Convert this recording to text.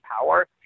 power